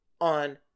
on